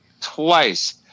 twice